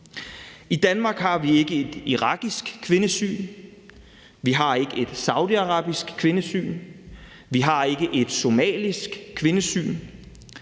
I Danmark har vi ikke et irakisk kvindesyn, vi har ikke et saudiarabisk kvindesyn, vi har ikke et somalisk kvindesyn;